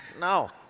No